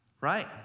right